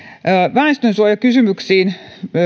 väestönsuojakysymyksiin